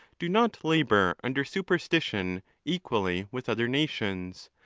do not labour under superstition equally with other nations,